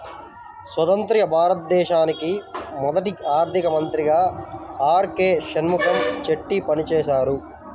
స్వతంత్య్ర భారతానికి మొదటి ఆర్థిక మంత్రిగా ఆర్.కె షణ్ముగం చెట్టి పనిచేసారు